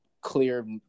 clear